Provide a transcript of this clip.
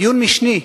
דיון משני.